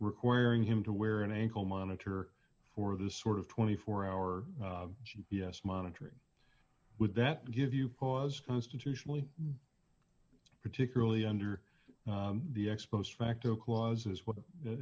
requiring him to wear an ankle monitor for the sort of twenty four hour yes monitoring would that give you pause constitutionally particularly under the ex post facto clauses what